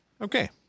okay